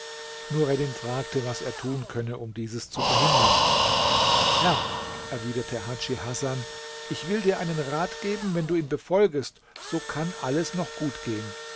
nureddin fragte was er tun könne um dieses zu verhindern herr erwiderte hadschi hasan ich will dir einen rat geben wenn du ihn befolgest so kann alles noch gut gehen